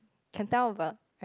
can tell but